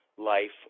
life